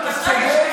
ודאי,